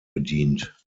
bedient